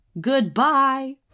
goodbye